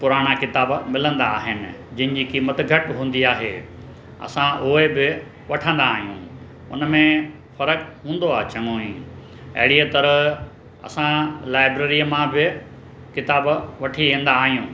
पुराणा किताब मिलंदा आहिनि जंहिंजी क़ीमत घटि हूंदी आहे असां उहे बि वठंदा आहियूं उन में फ़र्क़ु हूंदो आहे चङो ई अहिड़ीअ तरह असां लाइब्रेरीअ मां बि किताब वठी ईंदा आहियूं